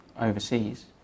overseas